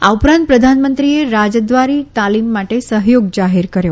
આ ઉપરાંત પ્રધાનમંત્રીએ રાજદ્વારી તાલીમ માટે સહયોગ જાહેર કર્યો